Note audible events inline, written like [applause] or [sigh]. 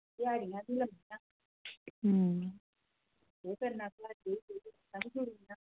[unintelligible]